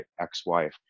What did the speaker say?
ex-wife